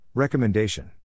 Recommendation